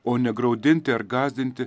o ne graudinti ar gąsdinti